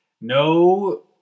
No